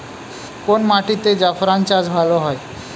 কোন মাটিতে জাফরান চাষ ভালো হয়?